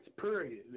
period